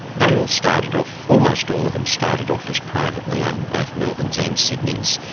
they all started off, almost all of them started off as privately-owned, both melbourne's and sydney's.